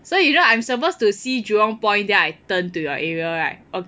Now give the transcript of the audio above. so you know I'm supposed to see Jurong point then I turn to your area right